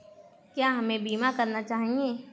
क्या हमें बीमा करना चाहिए?